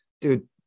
dude